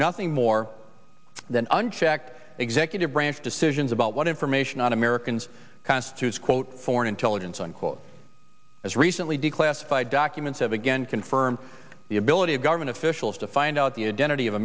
nothing more than unchecked executive branch decisions about what information on americans constitutes quote foreign intelligence unquote as recently declassified documents of again confirm the ability of government officials to find out the